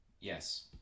Yes